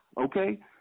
okay